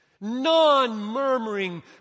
non-murmuring